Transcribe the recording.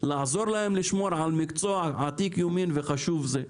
לעזור להם לשמור על מקצוע עתיק-יומין וחשוב זה,